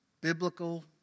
biblical